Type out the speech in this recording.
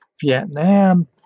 Vietnam